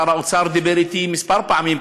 שר האוצר דיבר אתי כמה פעמים,